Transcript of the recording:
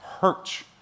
hurt